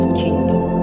kingdom